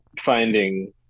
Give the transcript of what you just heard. finding